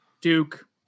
duke